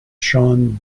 sean